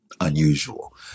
unusual